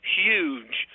huge